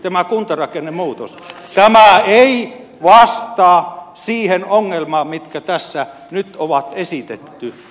tämä ei vastaa niihin ongelmiin mitkä tässä nyt on esitetty